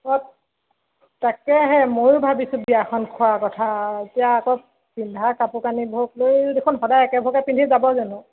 অঁ তাকেহে ময়ো ভাবিছোঁ বিয়াখন খোৱাৰ কথা এতিয়া আকৌ পিন্ধা কাপোৰ কানিবোৰক লৈও দেখোন সদায় একেবোৰকে পিন্ধি যাব জানো